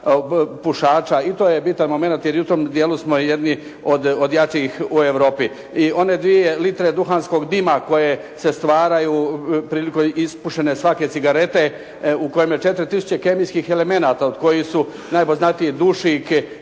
pušača. I to je bitan momenat, jer i u tom dijelu smo jedni od jačih u Europi. I one dvije litre duhanskog dima koje se stvaraju prilikom ispušene svake cigarete u kojim je 4000 kemijskih elemenata od kojih su najpoznatiji dušik